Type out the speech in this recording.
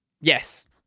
yes